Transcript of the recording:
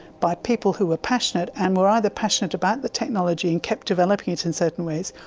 by people who were passionate and were either passionate about the technology and kept developing it in certain ways,